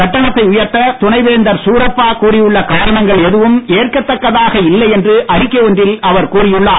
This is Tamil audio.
கட்டணத்தை உயர்த்த துணை வேந்தர் சுரப்பா கூறி உள்ள காரணங்கள் எதுவும் ஏற்கத் தக்கதாக இல்லை என்று அறிக்கை ஒன்றில் அவர் கூறி உள்ளார்